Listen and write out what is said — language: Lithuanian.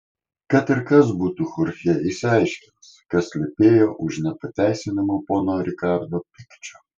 kad ir kas būtų chorchė išsiaiškins kas slypėjo už nepateisinamo pono rikardo pykčio